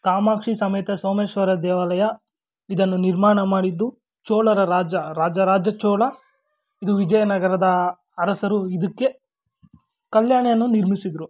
ಕಾಮಾಕ್ಷಿ ಸಮೇತ ಸೋಮೇಶ್ವರ ದೇವಾಲಯ ಇದನ್ನು ನಿರ್ಮಾಣ ಮಾಡಿದ್ದು ಚೋಳರ ರಾಜ ರಾಜ ರಾಜ ಚೋಳ ಇದು ವಿಜಯನಗರದ ಅರಸರು ಇದಕ್ಕೆ ಕಲ್ಯಾಣಿಯನ್ನು ನಿರ್ಮಿಸಿದರು